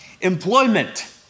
employment